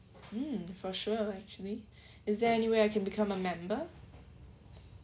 mm for sure actually is there anyway I can become a member